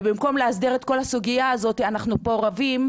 ובמקום להסדיר את כל הסוגייה הזאת אנחנו פה רבים,